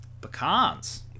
pecans